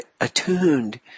attuned